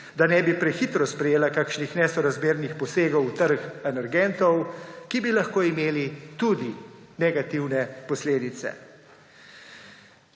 da ne bi prehitro sprejela kakšnih nesorazmernih posegov v trg energentov, ki bi lahko imeli tudi negativne posledice.